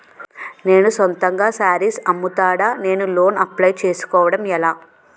నేను సొంతంగా శారీస్ అమ్ముతాడ, నేను లోన్ అప్లయ్ చేసుకోవడం ఎలా?